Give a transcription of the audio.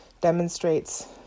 demonstrates